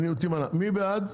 מי בעד?